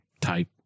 type